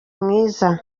mwiza